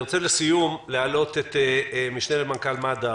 לסיום אני רוצה להעלות את המשנה למנכ"ל מד"א,